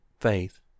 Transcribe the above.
faith